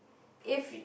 if